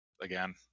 again